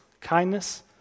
kindness